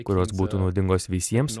kurios būtų naudingos visiems